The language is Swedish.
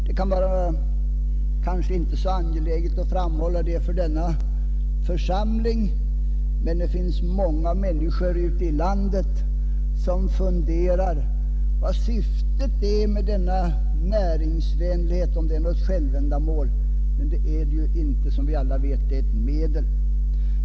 Kanske är det inte så angeläget att framhålla detta för denna församling, men det finns många människor ute i landet som funderar över vad syftet är med denna näringsvänlighet och undrar om den är något självändamål. Det är den inte, som vi alla vet; den är ett medel.